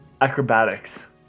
acrobatics